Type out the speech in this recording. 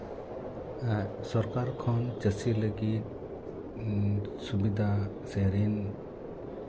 ᱥᱚᱨᱠᱟᱨ ᱠᱷᱚᱱ ᱪᱟᱹᱥᱤ ᱞᱟᱹᱜᱤᱫ ᱥᱩᱵᱤᱫᱷᱟ ᱥᱮ ᱨᱤᱱ